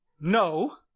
No